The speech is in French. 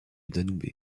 danube